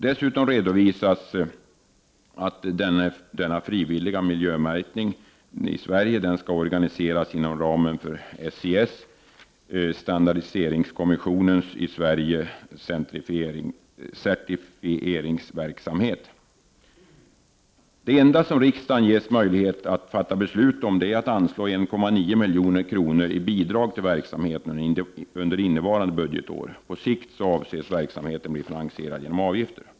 Dessutom redovisas att denna frivilliga miljömärkning i Sverige skall organiseras inom ramen för SIS — Standardiseringskommissionens i Sverige — certifieringsverksamhet. Det enda riksdagen ges tillfälle att fatta beslut om är att anslå 1,9 milj.kr. i bidrag till 129 verksamheten under innevarande budgetår. På sikt avses verksamheten bli finansierad genom avgifter.